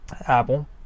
Apple